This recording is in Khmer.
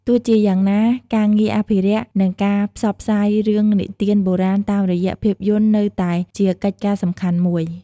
ទោះជាយ៉ាងណា ការងារអភិរក្ស និងការផ្សព្វផ្សាយរឿងនិទានបុរាណតាមរយៈភាពយន្តនៅតែជាកិច្ចការសំខាន់មួយ។